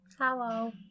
Hello